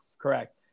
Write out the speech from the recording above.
correct